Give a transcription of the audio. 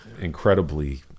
incredibly